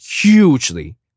hugely